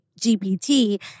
GPT